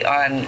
on